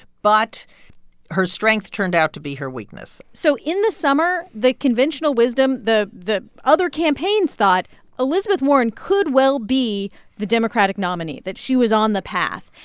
but her strength turned out to be her weakness so in the summer, the conventional wisdom the the other campaigns thought elizabeth warren could well be the democratic nominee, that she was on the path.